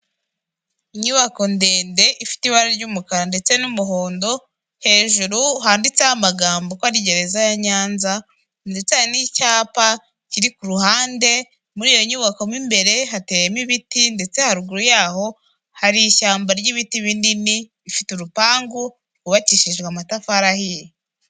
Inyubako ndende ifite ibara ry'umukara ndetse n'umuhondo, hejuru handitseho amagambo uko ari gereza ya Nyanza ndetse hari n'icyapa kiri ku ruhande, muri iyo nyubakomo mu imbere hateyemo ibiti ndetse haruguru yaho hari ishyamba ry'ibiti binini, ifite urupangu rwubakishijwe amatafari ahiye.